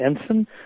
ensign